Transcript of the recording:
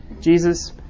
Jesus